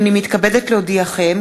הנני מתכבדת להודיעכם,